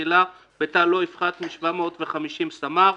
מטילה בתא לא יפחת משבע מאות וחמישים סמ"ר,